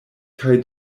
kaj